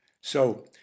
So